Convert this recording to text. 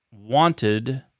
wanted